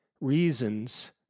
reasons